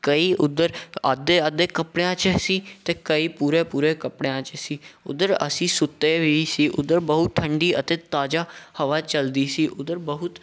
ਕਈ ਉੱਧਰ ਅੱਧੇ ਅੱਧੇ ਕੱਪੜਿਆਂ 'ਚ ਸੀ ਅਤੇ ਕਈ ਪੂਰੇ ਪੂਰੇ ਕੱਪੜਿਆਂ 'ਚ ਸੀ ਉੱਧਰ ਅਸੀਂ ਸੁੱਤੇ ਵੀ ਸੀ ਉੱਧਰ ਬਹੁਤ ਠੰਡੀ ਅਤੇ ਤਾਜ਼ਾ ਹਵਾ ਚਲਦੀ ਸੀ ਉੱਧਰ ਬਹੁਤ